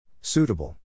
Suitable